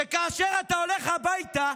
כאשר אתה הולך הביתה,